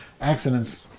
accidents